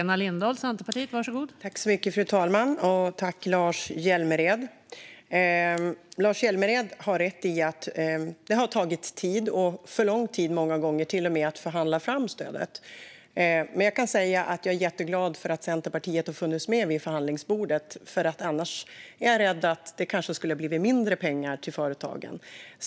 Fru talman! Lars Hjälmered har rätt i att det har tagit tid, många gånger alltför lång tid, att förhandla fram stödet. Men jag kan säga att jag är jätteglad för att Centerpartiet har funnits med vid förhandlingsbordet, för annars är jag rädd att det kanske skulle ha blivit mindre pengar till företagen.